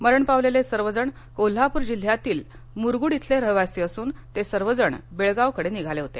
मरण पावलेले सर्वजण कोल्हापूर जिल्ह्यातील मुसाूड इथले रहिवासी असून ते सर्वजण बेळगावकडे निघाले होते